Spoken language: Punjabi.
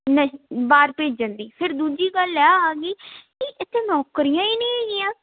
ਨ ਬਾਹਰ ਭੇਜਣ ਦੀ ਫਿਰ ਦੂਜੀ ਗੱਲ ਆਹ ਆ ਗਈ ਕਿ ਇੱਥੇ ਨੌਕਰੀਆਂ ਹੀ ਨਹੀਂ ਹੈਗੀਆਂ